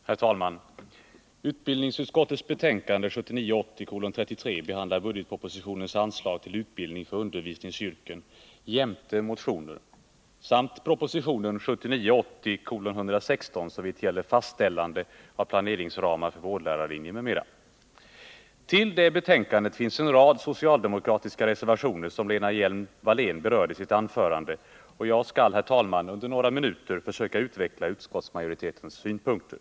Herr talman! Utbildningsutskottets betänkande 1979 80:116, såvitt gäller fastställande av planeringsramar för vårdlärarlinjen m.m. Till betänkandet finns fogade en rad socialdemokratiska reservationer, som Lena Hjelm-Wallén berörde i sitt anförande, och jag skall, herr talman, under några minuter försöka utveckla utskottsmajoritetens synpunkter.